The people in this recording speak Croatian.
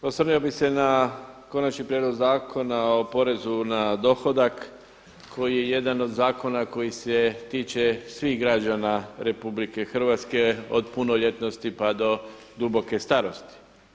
Pa osvrnuo bi se na konačni prijedlog Zakona o porezu na dohodak koji je jedan od zakona koji se tiče svih građana RH od punoljetnosti pa do duboke starosti.